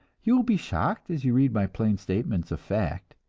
you will be shocked as you read my plain statements of fact,